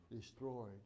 destroyed